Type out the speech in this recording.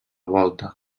volta